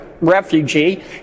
refugee